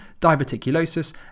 diverticulosis